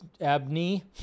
abney